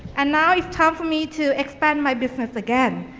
and now it's time for me to expand my business again.